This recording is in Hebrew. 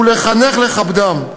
ולחנך לכבדם".